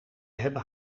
hebben